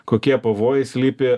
kokie pavojai slypi